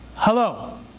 Hello